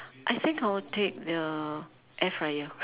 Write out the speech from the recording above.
I think I would take the air fryer